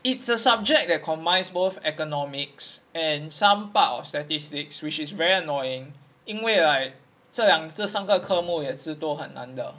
it's a subject that combines both economics and some part of statistics which is very annoying 因为 like 这两这三个科目也是都很难的